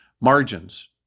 Margins